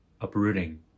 uprooting